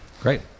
Great